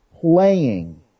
playing